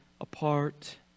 apart